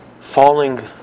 falling